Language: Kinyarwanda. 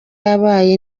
yabaye